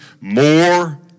more